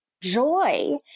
Joy